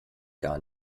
gar